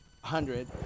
hundred